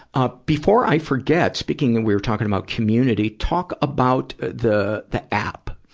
ah before i forget speaking of, we were talking about community, talk about the, the app,